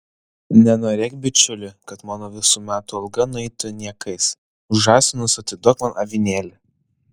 nenorėk bičiuli kad mano visų metų alga nueitų niekais už žąsinus atiduok man avinėlį